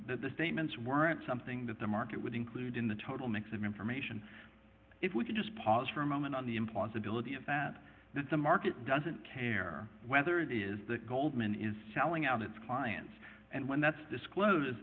that the statements weren't something that the market would include in the total mix of information if we could just pause for a moment on the implausibility of that that the market doesn't care whether it is that goldman is selling out its clients and when that's disclose